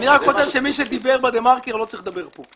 אני רק חושב שמי שדיבר בדה-מרקר לא צריך לדבר פה.